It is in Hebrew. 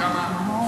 לעניין הזכויות,